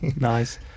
Nice